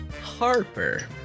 Harper